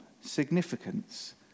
significance